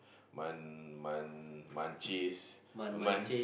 Man Man Man cheese Man